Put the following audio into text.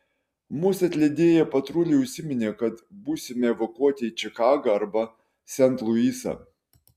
mus atlydėję patruliai užsiminė kad būsime evakuoti į čikagą arba sent luisą